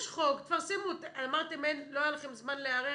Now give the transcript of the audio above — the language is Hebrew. אמרתם, לא היה לכם זמן להיערך.